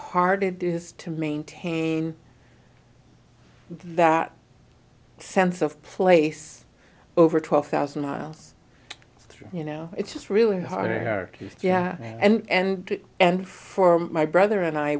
hard it is to maintain that sense of place over twelve thousand miles you know it's just really hard yeah and and for my brother and i